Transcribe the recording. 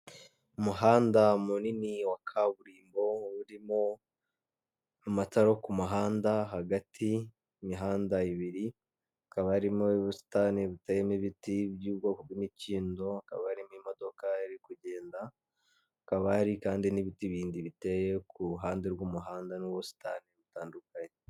Umuhanda munini wa kaburimbo urimo amatara yo ku muhanda hagati y'imihanda ibiri hakaba harimo ubusitani buteyemo ibiti byubwoko by’imikindo, hakaba hari imodoka iri kugenda, hakaba hari kandi n'ibindi bindi biteye ku ruhande rw'umuhanda n'ubusitani butandukanye.